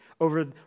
over